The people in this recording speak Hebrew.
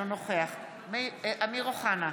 אינו נוכח אמיר אוחנה,